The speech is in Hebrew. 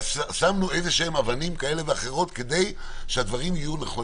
שמנו אבנים כאלה ואחרות כדי שהדברים יהיו נכונים.